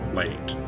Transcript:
late